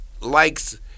likes